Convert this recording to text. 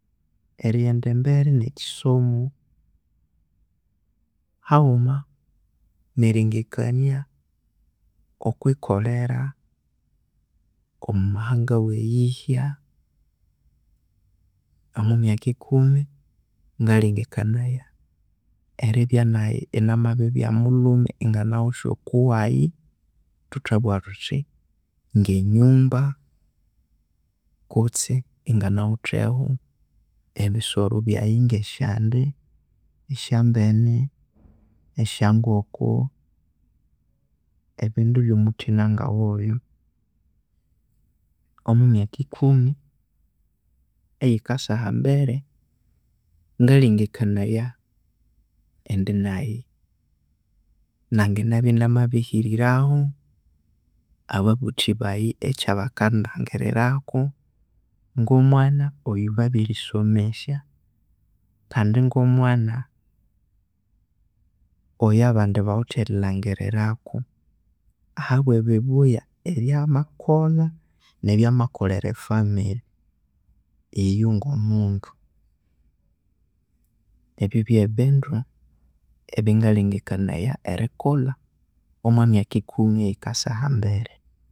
Erighenda embere nekyisomo, haghuma nerilengekania okwikolera omwamahanga weyihya, omwamyaka ikumi ngalengakanaya eribya nayi ingamabiribya mulhume inganawithe okuwayi, thuthabugha thuthi ngenyumba kutse inganawithehu ebisoro byayi ngesyande, esyambene, esyangoko, ebindu byomuthina ngowoyo. Omomyaka ikumi eyikasa ahambere ngalengekanaya indi nayi nanginabya inamabirihirirahu ababuthi bayi ekyabakandangiriraku ngomwana eyabirisomesya kandi ngomwana oyabandi bawithe erilhangiriraku ahabwe bibuya ebyamakolha nebyamakolera efamily iyo ngomundu. Ebyu byebindu ebyangalengekanaya erikolha omwamyaka ikumi eyikasa ahambere.